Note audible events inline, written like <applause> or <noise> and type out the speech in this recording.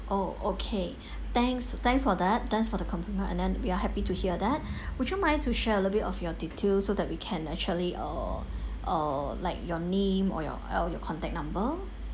oh okay thanks thanks for that thanks for the compliment and then we are happy to hear that <breath> would you mind to share a little bit of your details so that we can actually or or like your name or your or your contact number